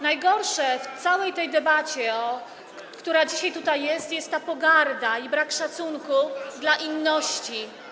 Najgorsze w całej tej debacie, która dzisiaj tutaj jest, jest ta pogarda i brak szacunku dla inności.